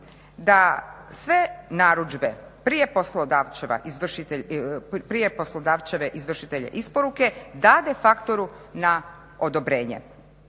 da sve narudžbe prije poslodavčeve izvršitelje isporuke dade faktoru na odobrenje.